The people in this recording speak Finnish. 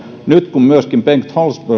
nyt kun myöskin bengt